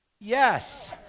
yes